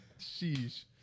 Sheesh